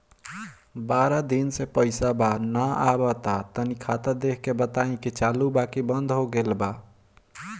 बारा दिन से पैसा बा न आबा ता तनी ख्ताबा देख के बताई की चालु बा की बंद हों गेल बा?